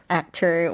actor